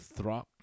Throck